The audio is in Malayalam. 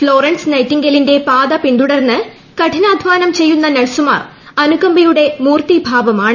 ഫ്ളോറൻസ് നൈറ്റിംഗേളിന്റെ പാത പിന്തുടർന്ന് കഠിനാദ്ധാനം ചെയ്യുന്ന നഴ്സുമാർ നുകമ്പയുടെ മൂർത്തീഭാവമാണ്